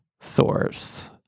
source